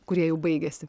kurie jau baigiasi